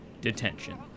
Detention